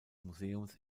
museums